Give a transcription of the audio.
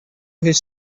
his